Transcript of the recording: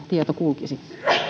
tieto kulkisi